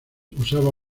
usaba